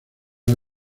una